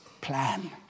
plan